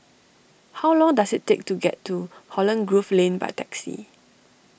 how long does it take to get to Holland Grove Lane by taxi